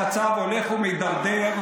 בשטח המצב הולך ומידרדר,